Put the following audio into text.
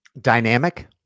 dynamic